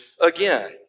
again